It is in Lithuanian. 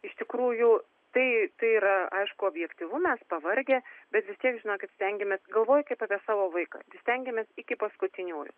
iš tikrųjų tai tai yra aišku objektyvu mes pavargę bet vi tiek žinkit stengiamės galvoji kaip apie savo vaiką stengiamės iki paskutiniųjų